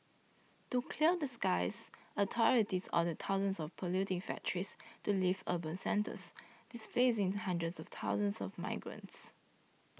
to clear the skies authorities ordered thousands of polluting factories to leave urban centres displacing hundreds of thousands of migrants